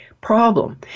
problem